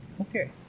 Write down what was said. Okay